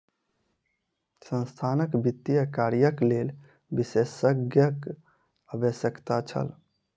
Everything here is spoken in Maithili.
संस्थानक वित्तीय कार्यक लेल विशेषज्ञक आवश्यकता छल